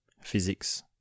physics